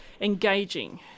engaging